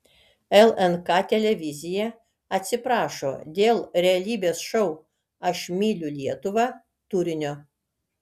lnk televizija atsiprašo dėl realybės šou aš myliu lietuvą turinio